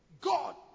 God